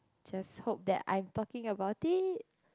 just hope that I'm talking about it